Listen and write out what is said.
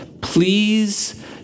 please